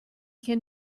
can